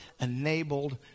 enabled